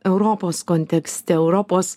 europos kontekste europos